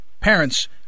Parents